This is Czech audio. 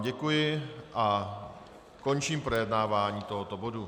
Děkuji vám a končím projednávání tohoto bodu.